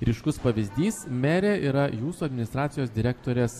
ryškus pavyzdys merė yra jūsų administracijos direktorės